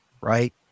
right